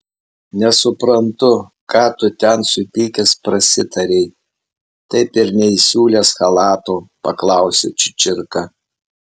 nesuprantu ką tu ten supykęs prasitarei taip ir neįsiūlęs chalato paklausė čičirka